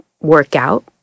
workout